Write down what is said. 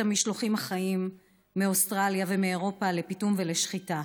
המשלוחים החיים מאוסטרליה ומאירופה לפיטום ולשחיטה.